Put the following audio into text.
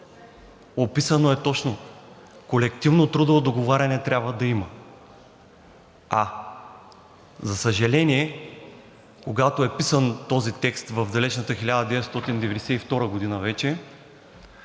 Описано е точно – колективно трудово договаряне трябва да има, а, за съжаление, когато е писан този текст в далечната 1992 г. вече,